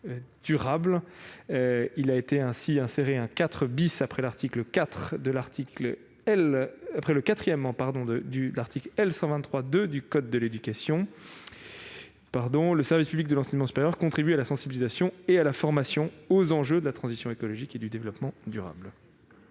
A ainsi été inséré un 4° après le 4 de l'article L. 123-2 du code de l'éducation : le service public de l'enseignement supérieur contribue « à la sensibilisation et à la formation aux enjeux de la transition écologique et du développement durable